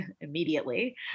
immediately